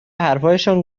حرفهایشان